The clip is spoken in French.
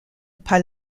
par